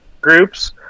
groups